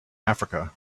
africa